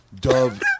Dove